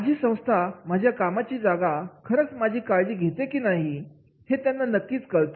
माझी संस्था माझी कामाची जागा खरंच माझी काळजी घेते की नाही हे त्यांना नक्कीच कळतं